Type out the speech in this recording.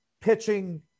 pitching